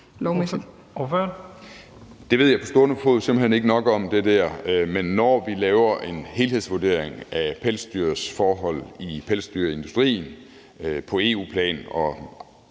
Olesen (LA): Det der ved jeg på stående fod simpelt hen ikke nok om. Men når vi laver en helhedsvurdering af pelsdyrs forhold i pelsdyrindustrien på EU-plan og